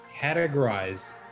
categorized